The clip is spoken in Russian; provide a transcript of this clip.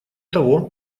того